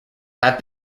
have